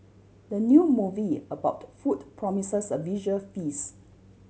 the new movie about food promises a visual feast